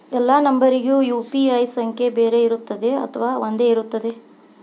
ಎಲ್ಲಾ ನಂಬರಿಗೂ ಯು.ಪಿ.ಐ ಸಂಖ್ಯೆ ಬೇರೆ ಇರುತ್ತದೆ ಅಥವಾ ಒಂದೇ ಇರುತ್ತದೆ?